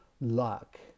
luck